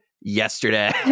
yesterday